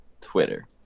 Twitter